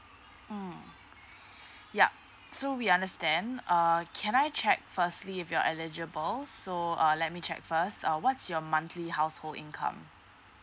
mm yup so we understand err can I check firstly if you're eligible so uh let me check first uh what's your monthly household income